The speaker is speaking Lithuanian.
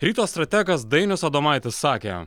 ryto strategas dainius adomaitis sakė